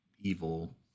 evil